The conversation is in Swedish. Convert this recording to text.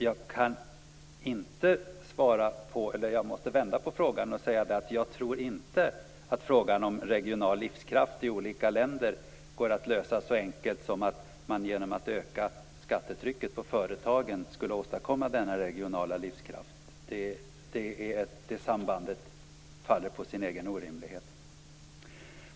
Jag vill dock även vända på saken och säga att jag inte tror att frågan om bristande regional livskraft i förhållande till vad som finns i andra länder kan lösas helt enkelt genom att man ökar skattetrycket på företagen. Det sambandet faller på sin egen orimlighet.